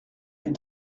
les